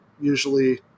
usually